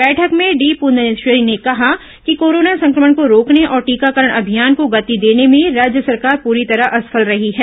बैठक में डी प्ररंदेश्वरी ने कहा कि कोरोना संक्रमण को रोकने और टीकाकरण अभियान को गति देने में राज्य सरकार पूरी तरह असफल रही है